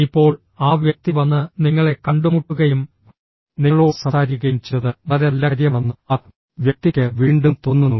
ഇപ്പോൾ ആ വ്യക്തി വന്ന് നിങ്ങളെ കണ്ടുമുട്ടുകയും നിങ്ങളോട് സംസാരിക്കുകയും ചെയ്തത് വളരെ നല്ല കാര്യമാണെന്ന് ആ വ്യക്തിക്ക് വീണ്ടും തോന്നുന്നു